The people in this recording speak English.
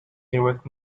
direct